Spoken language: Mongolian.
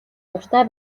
дуртай